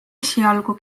esialgu